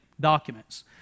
documents